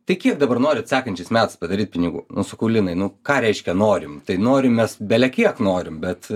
tai kiek dabar norit sekančiais metais padaryt pinigų nu sakau linai nu ką reiškia norim tai norim belekiek norim bet